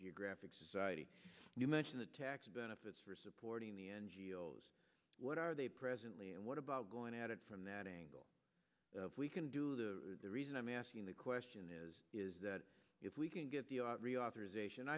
geographic society you mention the tax benefits for supporting the n g o s what are they presently and what about going at it from that angle we can do the reason i'm asking the question is is that if we can get the